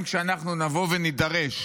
אם כשאנחנו נבוא ונידרש